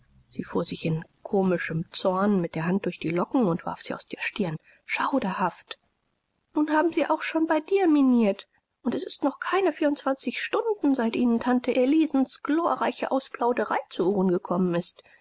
sie fuhr sich in komischem zorn mit der hand durch die locken und warf sie aus der stirn schauderhaft nun haben sie auch schon bei dir miniert und es sind noch keine vierundzwanzig stunden seit ihnen tante elisens glorreiche ausplauderei zu ohren gekommen ist